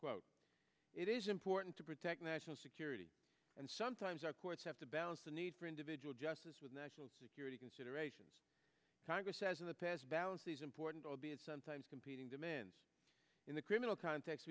quote it is important to protect national security and sometimes our courts have to balance the need for individual justice with national security considerations congress has in the past balance these important albeit sometimes competing demands in the criminal context